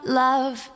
love